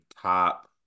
top